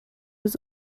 was